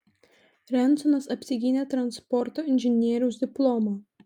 rensonas apsigynė transporto inžinieriaus diplomą